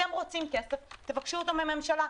אתם רוצים כסף תבקשו אותו מן הממשלה.